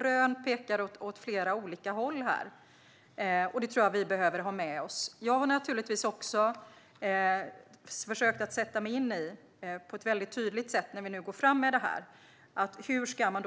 Rönen pekar alltså åt flera olika håll, och det tror jag att vi behöver ha med oss. När vi nu går fram med detta har jag naturligtvis också försökt att på ett tydligt sätt sätta mig in